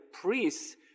priests